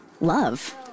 love